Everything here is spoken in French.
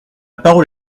parole